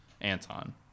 anton